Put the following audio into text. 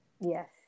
Yes